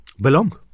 Belong